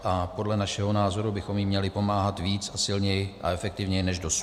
A podle našeho názoru bychom jí mohli pomáhat víc, silněji a efektivněji než dosud.